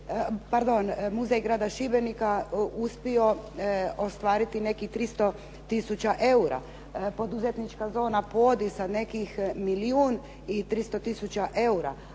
recimo muzej grada Šibenika uspio ostvariti nekih 300 tisuća eura, poduzetnička zona "Podi" sa nekih milijun i 300 tisuća eura.